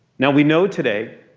now we know today,